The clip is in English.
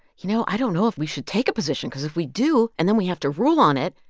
you know, i don't know if we should take a position because if we do, and then we have to rule on it,